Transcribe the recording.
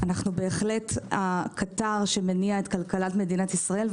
אנחנו הקטר שמניע את כלכלת מדינת ישראל.